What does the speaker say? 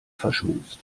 verschmust